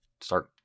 start